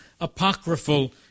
apocryphal